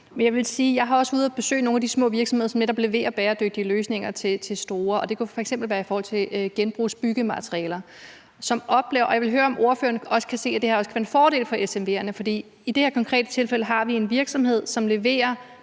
ude at besøge nogle af de små virksomheder, som netop leverer bæredygtige løsninger til de store virksomheder. Det kunne f.eks. være i forhold til genbrugsbyggematerialer, og jeg vil høre, om ordføreren også kan se, at det her kan være en fordel for SMV'erne. For vi har i det her konkrete tilfælde en virksomhed, som gør